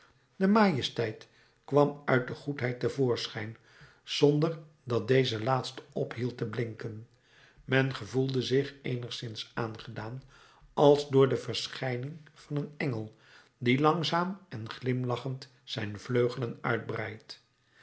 de majesteit kwam uit de goedheid te voorschijn zonder dat deze laatste ophield te blinken men gevoelde zich eenigszins aangedaan als door de verschijning van een engel die langzaam en glimlachend zijn vleugelen uitbreidt